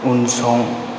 उनसं